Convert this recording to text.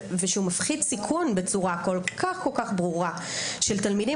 ושהוא מפחית סיכון בצורה כל כך ברורה של תלמידים.